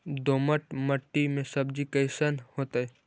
दोमट मट्टी में सब्जी कैसन होतै?